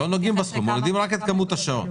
לא נוגעים בסכום, מורידים רק את כמות השעות.